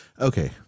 Okay